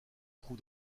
trouve